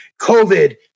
COVID